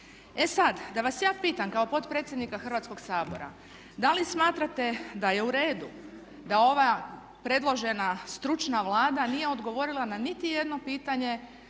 E sad da vas ja pitam kao potpredsjednika Hrvatskoga sabora, da li smatrate da je u redu da ova predložena stručna Vlada nije odgovorila na niti jedno pitanje